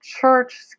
church